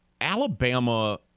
Alabama –